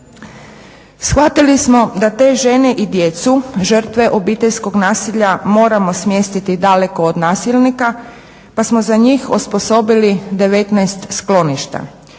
Shvatili smo da te žene i djecu žrtve obiteljskog nasilja moramo smjestiti daleko od nasilnika pa smo za njih osposobili 19 skloništa.